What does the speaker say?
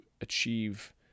achieve